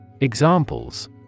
Examples